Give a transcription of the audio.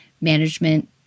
management